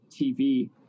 tv